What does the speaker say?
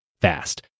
fast